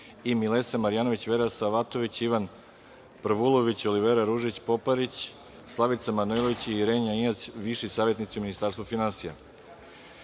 i Milesa Marjanović, Vera Savatović, Ivan Prvulović, Olivera Ružić Poparić, Slavica Manojlović i Irena Injac, viši savetnici u Ministarstvu finansija. Primili